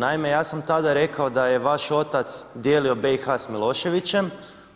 Naime, ja sam tada rekao da je vaš otac dijelio BiH s Miloševiće,